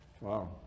Wow